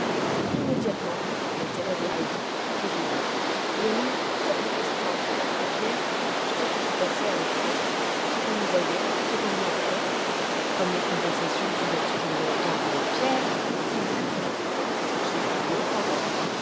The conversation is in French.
immédiatement l'intérêt de heidi fut éveillé et elle eut toutes sortes de questions à faire à pierre sur ce qui se passait à l'école ce qu'on y voyait ce qu'on y entendait comme les conversations duraient toujours longtemps avec pierre il put pendant ce temps se sécher du haut en bas